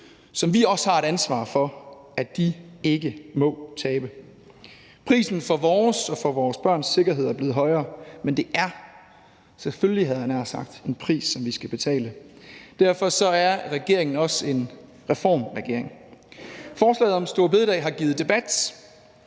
som vi også har et ansvar for at de ikke må tabe. Kl. 09:07 Prisen for vores og for vores børns sikkerhed er blevet højere, men det er – selvfølgelig, havde jeg nær sagt – en pris, som vi skal betale. Derfor er regeringen også en reformregering. Forslaget om store bededag har givet debat.